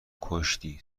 کشتی